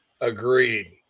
Agreed